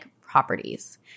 properties